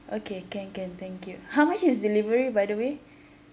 okay can can thank you how much is delivery by the way